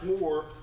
more